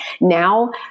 now